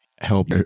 help